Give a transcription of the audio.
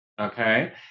Okay